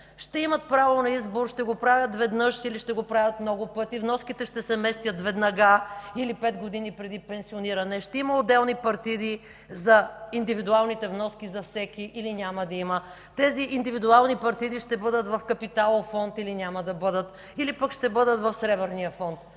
ще имат право на избор, ще го правят веднъж или ще го правят много пъти; вноските ще се местят веднага или пет години преди пенсиониране; ще има отделни партиди за индивидуалните вноски за всеки, или няма да има; тези индивидуални партиди ще бъдат в капиталов фонд, или няма да бъдат, или пак ще бъдат в Сребърния фонд.